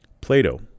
Plato